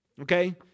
Okay